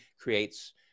creates